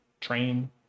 train